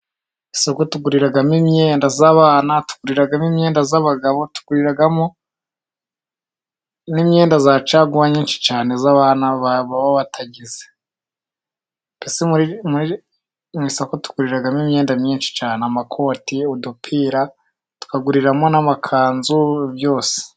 Isoko tuguriramo imyenda y'abana, tuguriramo imyenda y'abagabo, tuguriramo n'imyenda ya caguwa myinshi cyane y'abana baba batagize. Mbese mu isoko tuguriramo imyenda myinshi cyane amakote, udupira, tukaguriramo n'amakanzu byose.